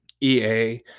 EA